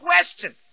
questions